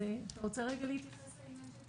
רוצה רגע להתייחס לנושא של